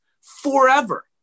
forever